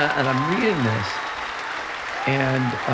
and i'm reading this and